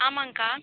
ஆமாங்கக்கா